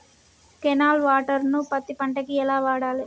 Canal water ను పత్తి పంట కి ఎలా వాడాలి?